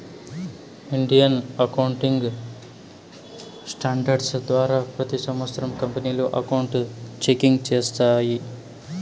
Indian accounting standards ద్వారా ప్రతి సంవత్సరం కంపెనీలు అకౌంట్ చెకింగ్ చేస్తాయి